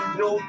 no